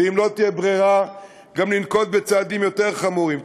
ואם לא תהיה ברירה גם ננקוט צעדים יותר חמורים.